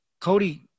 Cody